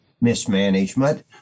mismanagement